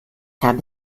habe